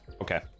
Okay